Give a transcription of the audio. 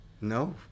No